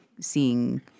seeing